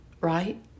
right